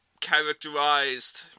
characterized